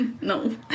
No